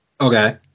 Okay